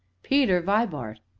peter vibart!